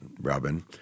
Robin